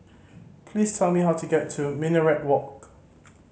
please tell me how to get to Minaret Walk